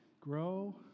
grow